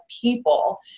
people